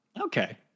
Okay